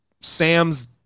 Sam's